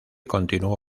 continuó